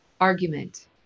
argument